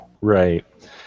Right